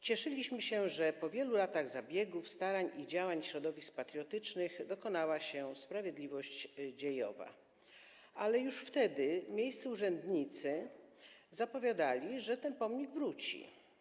Cieszyliśmy się, że po wielu latach zabiegów, starań i działań środowisk patriotycznych dokonała się sprawiedliwość dziejowa, ale już wtedy miejscy urzędnicy zapowiadali, że ten pomnik wróci.